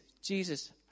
Jesus